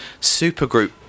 supergroup